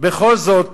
בכל זאת